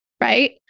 right